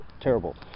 terrible